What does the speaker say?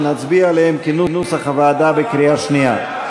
ונצביע עליהם כנוסח הוועדה בקריאה שנייה.